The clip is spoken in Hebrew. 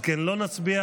על כן לא נצביע.